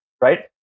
right